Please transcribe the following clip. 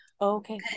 Okay